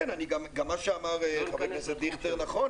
גם מה שאמר חבר הכנסת דיכטר נכון,